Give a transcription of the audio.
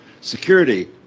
security